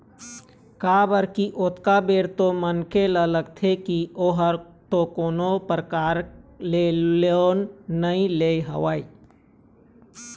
काबर की ओतका बेर तो मनखे ल लगथे की ओहा तो कोनो परकार ले लोन नइ ले हवय